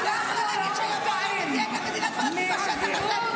אנחנו לא מופתעים מהזילות של האנשים שהגישו את הצעת החוק.